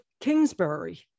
Kingsbury